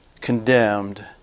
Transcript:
condemned